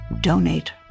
donate